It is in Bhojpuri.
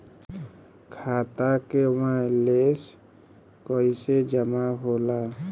खाता के वैंलेस कइसे जमा होला?